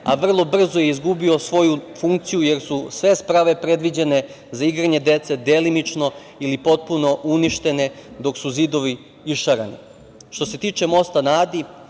a vrlo brzo je izgubio svoju funkciju, jer su sve sprave predviđene za igranje dece delimično ili potpuno uništene, dok su zidovi išarani. Što se tiče mosta na Adi,